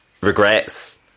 regrets